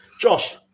Josh